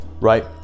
right